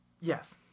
yes